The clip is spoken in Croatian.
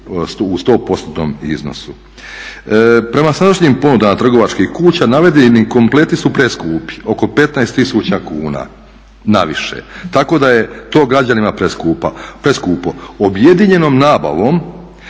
u 100%-tnom iznosu. Prema sadašnjim ponudama trgovačkih kuća navedeni kompleti su preskupi, oko 15000 kuna na više tako da je to građanima preskupo. Objedinjenom nabavom